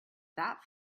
that